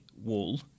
wall